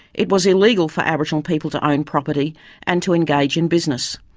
it was illegal for aboriginal people to own property and to engage in business.